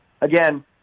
Again